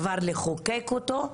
כבר לחוקק אותו,